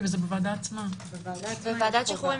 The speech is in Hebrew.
ועדת שחרורים